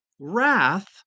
wrath